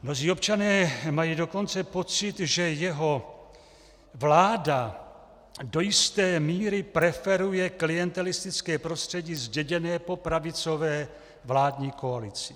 Mnozí občané mají dokonce pocit, že jeho vláda do jisté míry preferuje klientelistické prostředí zděděné po pravicové vládní koalici.